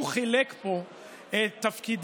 הוא חילק פה תפקידים,